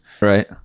Right